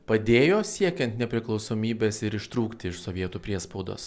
padėjo siekiant nepriklausomybės ir ištrūkti iš sovietų priespaudos